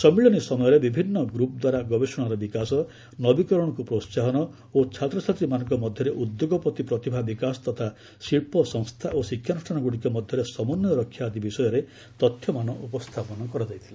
ସମ୍ମିଳନୀ ସମୟରେ ବିଭିନ୍ନ ଗ୍ରପ ଦ୍ୱାରା ଗବେଷଣାର ବିକାଶ ନବୀକରଣକୁ ପ୍ରୋହାହନ ଓ ଛାତ୍ରଛାତ୍ରୀମାନଙ୍କ ମଧ୍ୟରେ ଉଦ୍ୟୋଗପତି ପ୍ରତିଭା ବିକାଶ ତଥା ଶିଳ୍ପ ସଂସ୍ଥା ଓ ଶିକ୍ଷାନୁଷ୍ଠାନଗୁଡ଼ିକ ମଧ୍ୟରେ ସମନ୍ୱୟ ରକ୍ଷା ଆଦି ବିଷୟରେ ତଥ୍ୟମାନ ଉପସ୍ଥାପନ କରାଯାଇଥିଲା